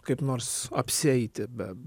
kaip nors apsieiti be